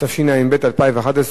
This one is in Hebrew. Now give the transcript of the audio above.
התשע"ב 2012,